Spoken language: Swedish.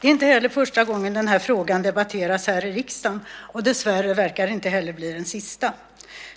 Det här är inte första gången som frågan debatteras här i riksdagen. Dessvärre verkar det inte heller bli den sista.